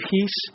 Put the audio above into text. peace